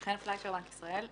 בנק ישראל.